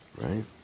Right